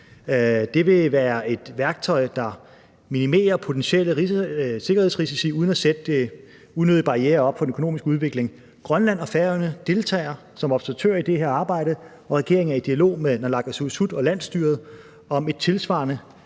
Det vil være et værktøj, der minimerer potentielle sikkerhedsrisici uden at sætte unødige barrierer op for den økonomiske udvikling. Grønland og Færøerne deltager som observatører i det her arbejde, og regeringen er i dialog med naalakkersuisut og landsstyret om et tilsvarende